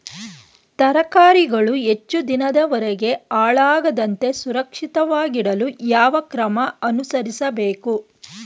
ತರಕಾರಿಗಳು ಹೆಚ್ಚು ದಿನದವರೆಗೆ ಹಾಳಾಗದಂತೆ ಸುರಕ್ಷಿತವಾಗಿಡಲು ಯಾವ ಕ್ರಮ ಅನುಸರಿಸಬೇಕು?